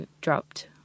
dropped